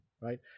right